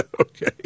Okay